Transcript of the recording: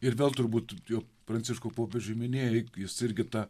ir vėl turbūt jau pranciškų popiežių minėjai jis irgi tą